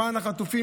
למען החטופים,